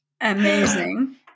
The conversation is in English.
amazing